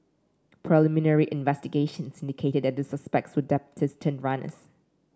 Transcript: preliminary investigations indicated that the suspects were debtors turned runners